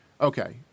Okay